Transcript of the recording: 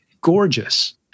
gorgeous